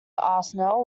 arsenal